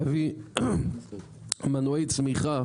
להביא מנועי צמיחה